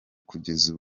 kugeza